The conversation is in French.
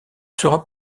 sera